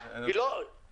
מה שאני מבקש זה רק דבר אחד,